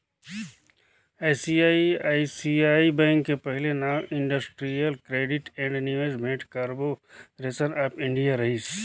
ICICI bank के पहिले नांव इंडस्टिरियल क्रेडिट ऐंड निवेस भेंट कारबो रेसन आँफ इंडिया रहिस